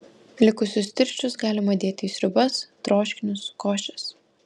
likusius tirščius galima dėti į sriubas troškinius košes